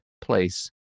place